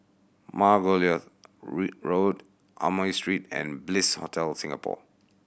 Margoliouth Road Amoy Street and Bliss Hotel Singapore